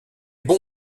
bons